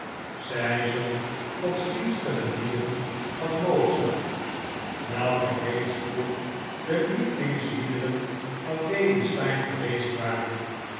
zij zong godsdienstige liederen van mozart welke reeds vroeg de lievelingsliederen van lady steyne geweest waren